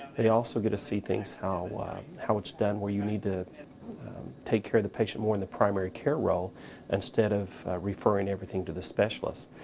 they also get to see things how, how it's done where you need to take care of the patient more in the primary care role instead of referring everything to the specialist.